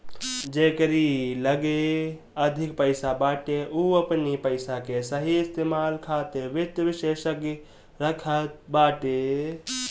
जेकरी लगे अधिक पईसा बाटे उ अपनी पईसा के सही इस्तेमाल खातिर वित्त विशेषज्ञ रखत बाटे